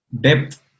depth